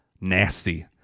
nasty